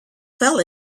fell